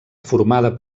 formada